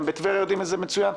גם בטבריה יודעים את זה מצוין.